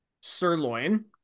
sirloin